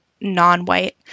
non-white